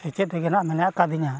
ᱥᱮᱪᱮᱫ ᱛᱮᱜᱮ ᱱᱟᱦᱟᱜ ᱢᱮᱱᱟᱜ ᱟᱠᱟᱫᱤᱧᱟ